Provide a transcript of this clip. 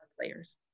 players